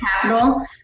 capital